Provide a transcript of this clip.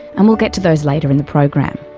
and we'll get to those later in the program.